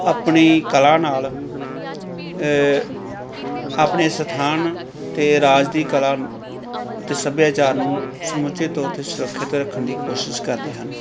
ਆਪਣੀ ਕਲਾ ਨਾਲ ਆਪਣੇ ਸਥਾਨ ਅਤੇ ਰਾਜ ਦੀ ਕਲਾ ਅਤੇ ਸੱਭਿਆਚਾਰ ਨੂੰ ਸਮੁੱਚੇ ਤੌਰ 'ਤੇ ਸੁਰੱਖਿਅਤ ਰੱਖਣ ਦੀ ਕੋਸ਼ਿਸ਼ ਕਰਦੇ ਹਨ